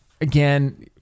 Again